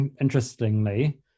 interestingly